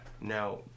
Now